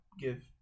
give